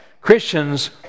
Christians